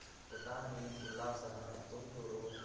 पुटानि उल्लासः तुन्तुरु